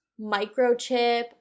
microchip